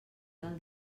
del